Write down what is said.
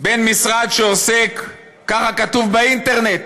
במשרד שעוסק, ככה כתוב באינטרנט: